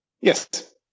yes